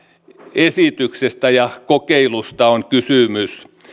esityksestä ja kokeilusta on kysymys